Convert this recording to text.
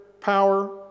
power